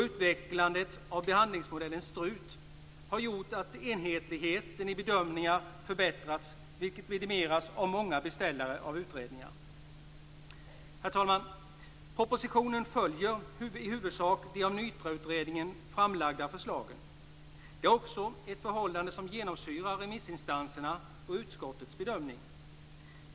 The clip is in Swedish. Utvecklandet av behandlingsmodellen "STRUT" har gjort att enhetligheten i bedömningarna har förbättrats, vilket har vidimerats av många beställare av utredningar. Herr talman! Propositionen följer i huvudsak de av NYTRA-utredningen framlagda förslagen. Det är också ett förhållande som genomsyrar remissinstansernas och utskottets bedömning.